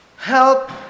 help